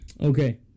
Okay